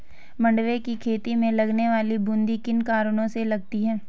मंडुवे की खेती में लगने वाली बूंदी किन कारणों से लगती है?